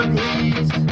heat